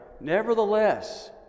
nevertheless